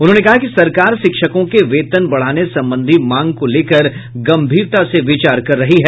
उन्होंने कहा कि सरकार शिक्षकों के वेतन बढ़ाने संबंधी मांग को लेकर गंभीरता से विचार कर रही है